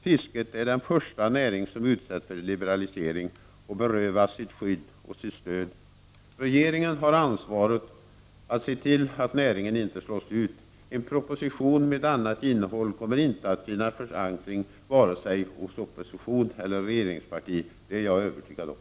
Fisket är den första näring som utsätts för liberalisering och berövas sitt skydd och sitt stöd. Regeringen har ansvaret att se till att näringen inte slås ut. En proposition med ett annat innehåll kommer inte att finna förankring hos vare sig opposition eller regeringspartiet, det är jag övertygad om.